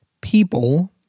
people